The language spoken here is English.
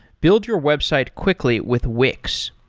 build your website quickly with wix.